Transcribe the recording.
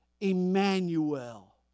Emmanuel